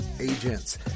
agents